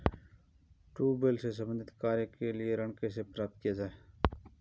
Tubewell से संबंधित कार्य के लिए ऋण कैसे प्राप्त किया जाए?